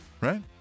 right